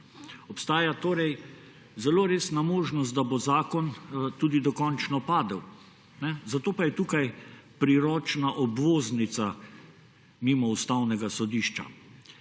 Obstaja torej zelo resna možnost, da bo zakon tudi dokončno padel. Zato pa je tukaj priročna obvoznica mimo Ustavnega sodišča.